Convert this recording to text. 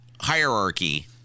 hierarchy